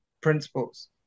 principles